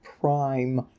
prime